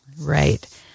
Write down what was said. Right